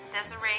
Desiree